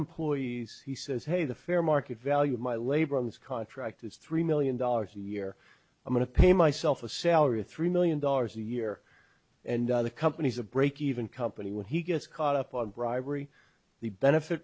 employees he says hey the fair market value of my labor in this contract is three million dollars a year i'm going to pay myself a salary of three million dollars a year and the companies a break even company when he gets caught up on bribery the benefit